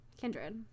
kindred